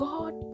God